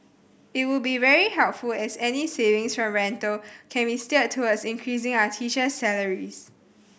it would be very helpful as any savings from rental can be steered towards increasing our teacher's salaries